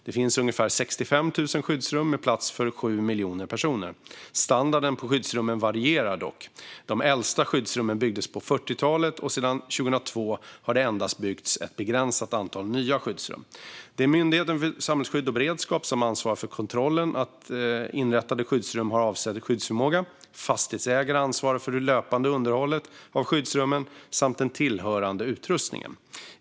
Det finns ungefär 65 000 skyddsrum med plats för 7 miljoner personer. Dock varierar standarden på skyddsrummen. De äldsta byggdes på 40-talet, och sedan 2002 har det byggts endast ett begränsat antal nya skyddsrum. Det är Myndigheten för samhällsskydd och beredskap som ansvarar för att kontrollera att inrättade skyddsrum har avsedd skyddsförmåga. Fastighetsägare ansvarar för det löpande underhållet av skyddsrummen samt den tillhörande utrustningen.